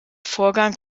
vorgang